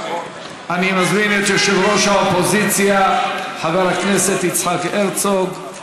אני מזמין את יושב-ראש האופוזיציה חבר הכנסת יצחק הרצוג.